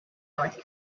north